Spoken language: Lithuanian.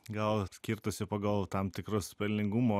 gal skirtųsi pagal tam tikrus pelningumo